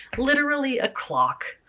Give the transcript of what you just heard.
literally a clock.